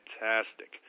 fantastic